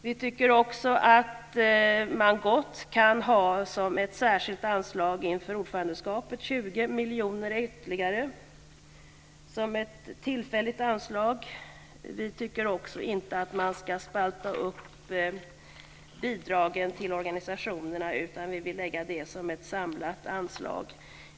Vi tycker också att man inför ordförandeskapet gott kan ha som ett särskilt anslag 20 miljoner ytterligare, som ett tillfälligt anslag. Vi tycker inte heller att man ska spalta upp bidragen till organisationerna, utan vi vill lägga dem som ett samlat anslag.